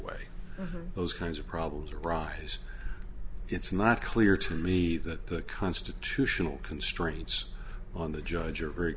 way those kinds of problems arise it's not clear to me that the constitutional constraints on the judge are very